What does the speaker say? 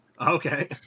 Okay